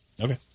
Okay